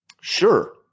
Sure